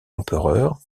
empereur